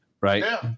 right